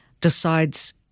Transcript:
decides